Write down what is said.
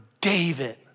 David